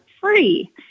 free